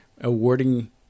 awarding